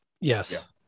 Yes